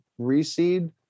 reseed